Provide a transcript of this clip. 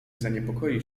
zaniepokoił